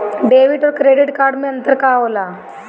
Debit और credit card मे अंतर का होला?